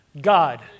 God